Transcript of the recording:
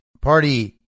party